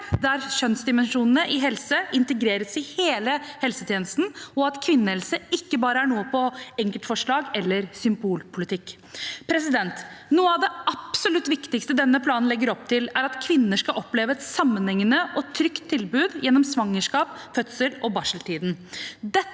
der kjønnsdimensjonene i helse integreres i hele helsetjenesten, og at kvinnehelse ikke bare er enkeltforslag eller symbolpolitikk. Noe av det absolutt viktigste denne planen legger opp til, er at kvinner skal oppleve et sammenhengende og trygt tilbud gjennom svangerskap, fødsel og barseltid.